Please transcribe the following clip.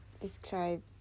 describe